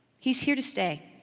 he's here to stay.